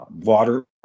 water